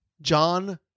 John